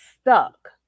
stuck